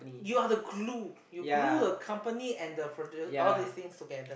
you are the glue you glue the company and the produ~ all this thing together